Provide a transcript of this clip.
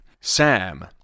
Sam